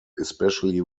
especially